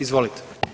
Izvolite.